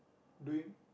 doing